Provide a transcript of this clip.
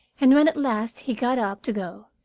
and when, at last he got up to go,